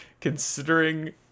considering